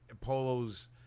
Polo's